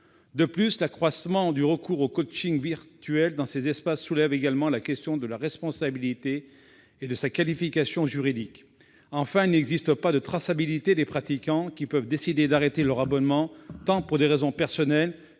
De plus, l'accroissement du recours au coaching virtuel dans ces espaces soulève également la question de la responsabilité et de sa qualification juridique. Enfin, il n'existe pas de traçabilité des pratiquants, qui peuvent décider d'arrêter leur abonnement pour des raisons tant personnelles